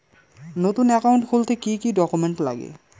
নতুন একাউন্ট খুলতে কি কি ডকুমেন্ট লাগে?